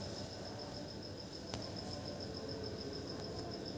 ಹೆಫೋಕ್ ಹುಲ್ಲ್ ಕಳಿ ಎಲಿಗೊಳು ಸಣ್ಣ್ ಕಡ್ಡಿ ಇವೆಲ್ಲಾ ಎತ್ತಿ ಬಿಸಾಕಕ್ಕ್ ಬಳಸ್ತಾರ್